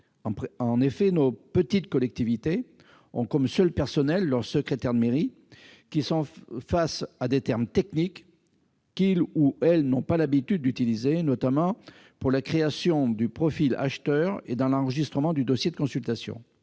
En effet, nos petites collectivités ont pour seul personnel un secrétaire ou une secrétaire de mairie, confronté à des termes techniques qu'il n'a pas l'habitude d'utiliser, notamment pour la création du profil acheteur et l'enregistrement du dossier de consultation.